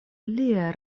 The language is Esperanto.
liaj